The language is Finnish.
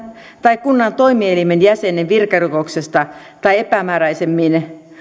tai kunnan toimielimen jäsenen virkarikoksesta tai epämääräisemmin